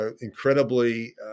incredibly